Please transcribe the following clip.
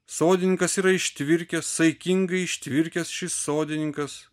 sodininkas yra ištvirkęs saikingai ištvirkęs šis sodininkas